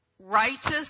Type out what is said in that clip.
Righteous